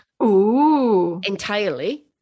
entirely